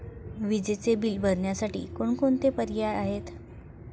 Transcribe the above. विजेचे बिल भरण्यासाठी कोणकोणते पर्याय आहेत?